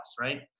right